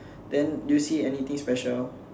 then do you see anything special